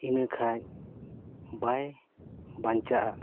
ᱤᱱᱟᱹᱠᱷᱟᱱ ᱵᱟᱭ ᱵᱟᱧᱪᱟᱜᱼᱟ